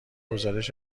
گزارش